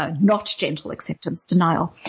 ah not gentle acceptance. denial.